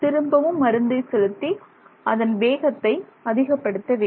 திரும்பவும் மருந்தை செலுத்தி அதன் வேகத்தை அதிகப்படுத்த வேண்டும்